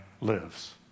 lives